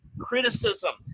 criticism